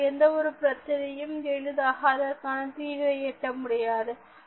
அவரால் எந்த ஒரு பிரச்சனையையும் எளிதாக அதற்கான தீர்வை எட்ட முடியாது